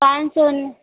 પાંચસો